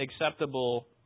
acceptable